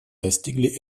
достигли